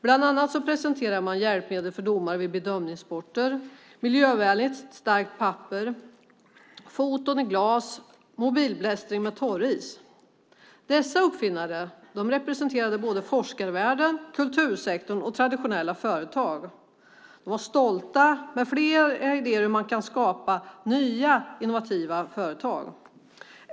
Bland annat presenterade man hjälpmedel för domare vid bedömningssporter, miljövänligt starkt papper, foton i glas och mobil blästring med torris. Dessa uppfinnare representerade både forskarvärlden, kultursektorn och traditionella företag. De var stolta med flera idéer om hur man kan skapa nya innovativa företag.